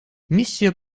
миссия